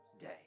day